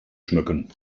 schmücken